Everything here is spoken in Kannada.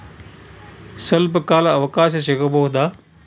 ಸ್ವಲ್ಪ ಕಾಲ ಅವಕಾಶ ಸಿಗಬಹುದಾ?